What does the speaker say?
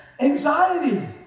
anxiety